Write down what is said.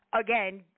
again